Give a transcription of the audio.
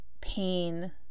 pain